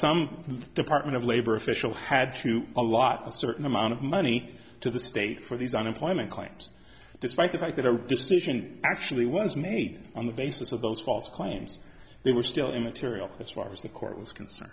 some department of labor official had to a lot of certain amount of money to the state for these unemployment claims despite the fact that a decision actually was made on the basis of those false claims they were still immaterial as far as the court was concern